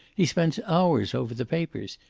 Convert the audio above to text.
he spends hours over the papers.